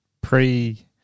pre